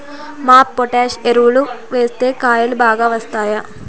MOP potash ఎరువులు వేస్తే కాయలు బాగా వస్తాయా?